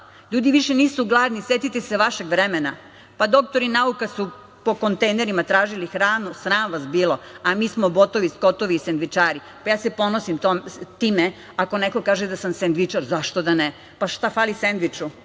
Ljudi više nisu gladni. Setite se vašeg vremena. Doktori nauka su po kontejnerima tražili hranu. Sram vas bilo! A mi smo botovi, skotovi i sendvičari. Ja se ponosim time ako neko kaže da sam sendvičar. Zašto da ne, šta fali sendviču?